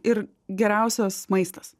ir geriausias maistas